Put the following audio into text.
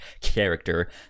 character